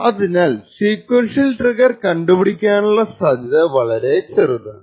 അതിനാൽ sequential trigger കണ്ടുപിടിക്കാനുള്ള സാധ്യത വളരെ ചെറുതാണ്